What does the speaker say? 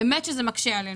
באמת שזה מקשה עלינו.